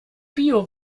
bio